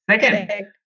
second